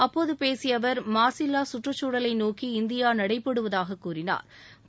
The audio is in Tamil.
அப்போது பேசிய அவர் மாசில்லா கற்றுச்சூழலை நோக்கி இந்தியா நடைபோடுவதாக கூறினாா்